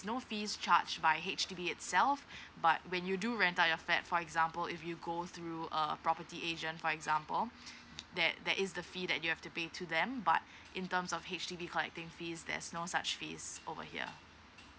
no fees charged by H_D_B itself but when you do rent out your flat for example if you go through a property agent for example that that is the fee that you have to pay to them but in terms of H_D_B collecting fees there's no such fee over here